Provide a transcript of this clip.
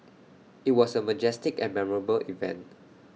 IT was A majestic and memorable event